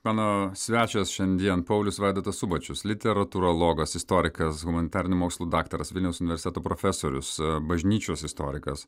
mano svečias šiandien paulius vaidotas subačius literatūrologas istorikas humanitarinių mokslų daktaras vilniaus universiteto profesorius bažnyčios istorikas